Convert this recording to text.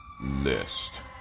list